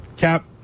Cap